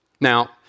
Now